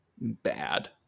Bad